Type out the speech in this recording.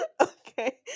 Okay